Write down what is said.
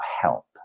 help